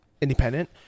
independent